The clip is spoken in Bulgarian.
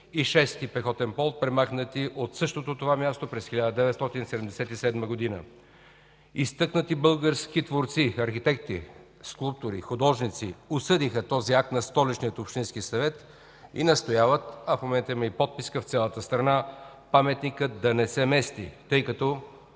софийски пехотен полк, премахнати от същото място през 1977 г. Изтъкнати български творци – архитекти, скулптори, художници, осъдиха този акт на Столичния общински съвет и настояват, а в момента има и подписка в цялата страна, паметникът да не се мести, тъй като